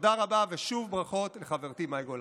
תודה רבה, ושוב ברכות לחברתי מאי גולן.